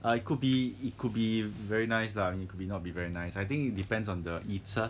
err could be it could be very nice lah it could be not be very nice I think it depends on the eater